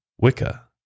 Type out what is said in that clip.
Wicca